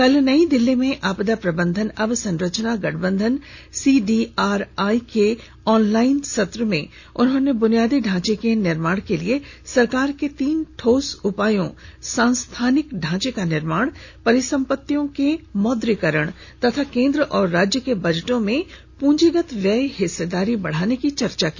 कल नई दिल्ली में आपदा प्रबंधन अवसंरचना गठबंधन सीडीआरआई के ऑनलाइन सत्र में उन्होंने बुनियादी ढांचे के निर्माण के लिए सरकार के तीन ठोस उपायों सांस्थानिक ढांचे का निर्माण परिसम्पत्तियों के मौद्रीकरण तथा केन्द्र और राज्य के बजटों में प्रंजीगत व्यय हिस्सेदारी बढ़ाने की चर्चा की